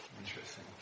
interesting